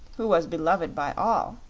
who was beloved by all.